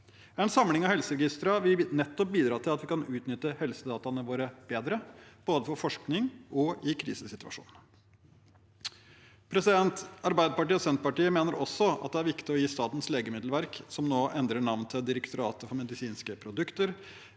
En samling av helseregistrene vil nettopp bidra til at vi kan utnytte helsedataene våre bedre, både for forskning og i krisesituasjoner. Arbeiderpartiet og Senterpartiet mener også at det er viktig å gi Statens legemiddelverk, som nå endrer navn til Direktoratet for medisinske produkter,